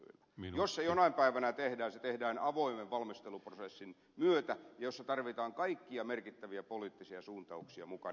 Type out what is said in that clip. jos se jonain päivänä tehdään se tehdään avoimen valmisteluprosessin myötä ja siinä tarvitaan kaikkia merkittäviä poliittisia suuntauksia mukana